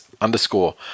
underscore